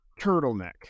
turtleneck